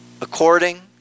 according